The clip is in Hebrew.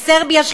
בסרביה,